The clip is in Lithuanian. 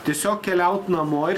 tiesiog keliaut namo ir